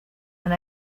and